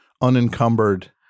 unencumbered